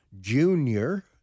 junior